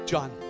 John